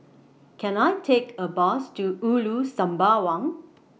Can I Take A Bus to Ulu Sembawang